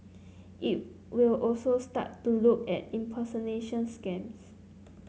it will also start to look at impersonation scams